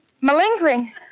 Malingering